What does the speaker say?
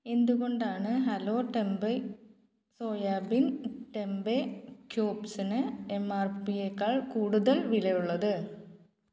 എന്തുകൊണ്ടാണ് hello tempeh soybean tempeh ക്യൂബ്സിന് M R പിയെക്കാൾ കൂടുതൽ വിലയുള്ളത്